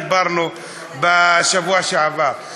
דיברנו בשבוע שעבר.